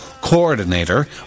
coordinator